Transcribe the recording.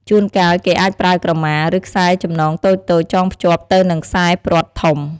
ជួនកាល គេអាចប្រើក្រមា ឬខ្សែចំណងតូចៗចងភ្ជាប់ទៅនឹងខ្សែព្រ័ត្រធំ។